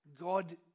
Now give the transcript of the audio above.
God